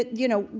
you know,